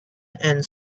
and